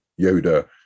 Yoda